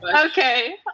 Okay